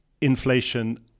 inflation